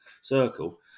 circle